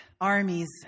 armies